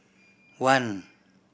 one